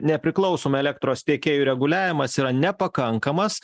nepriklausomai elektros tiekėjų reguliavimas yra nepakankamas